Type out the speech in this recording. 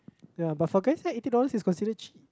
yeah but for guys here eighty dollars is considered cheap